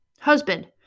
Husband